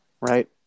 Right